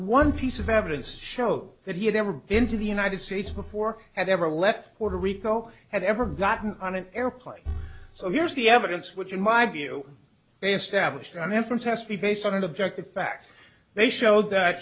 one piece of evidence to show that he had ever been to the united states before had ever left or to rico had ever gotten on an airplane so here's the evidence which in my view is stablished i mean france has to be based on an objective fact they showed that